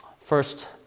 First